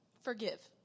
forgive